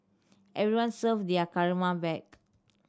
everyone serve their karma back